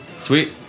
Sweet